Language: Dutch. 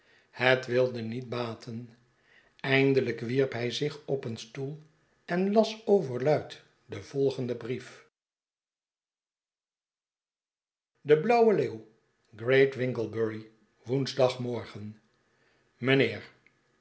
het wilde niet baten eindelijk wierp hij zich op een stoel en las overluid den volgenden brief de blauwe leeuw great winglebury woensdagmorgen mijnheer